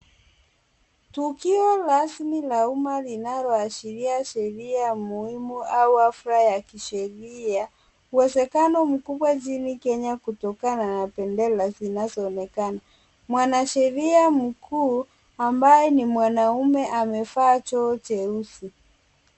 Tukio rasmi la uma linaoashiria sheria muhimu au hafla ya kisheria, uwezekano mkubwa nchini Kenya kutokana na bendera zinazoonekana. Mwanasheria mkuu ambaye ni mwanaume amevaa joho jeusi.